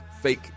fake